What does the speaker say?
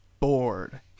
bored